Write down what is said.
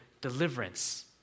deliverance